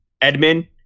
Edmund